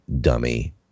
dummy